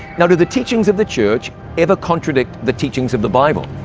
now, do the teachings of the church ever contradict the teachings of the bible?